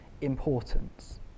importance